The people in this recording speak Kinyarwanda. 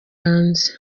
hanze